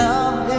Love